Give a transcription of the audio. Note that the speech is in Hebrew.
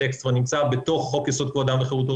שהטקסט כבר נמצא בחוק יסוד: כבוד האדם וחירותו,